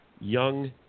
young